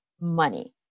money